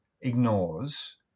ignores